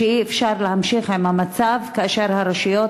אי-אפשר להמשיך במצב הזה כאשר הרשויות,